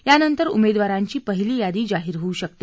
यानंतर उमेदवारांची पहिली यादी जाहीर होऊ शकते